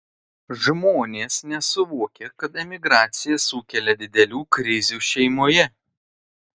žmonės nesuvokia kad emigracija sukelia didelių krizių šeimoje